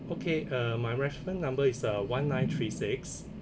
okay uh my reference number is uh one nine three six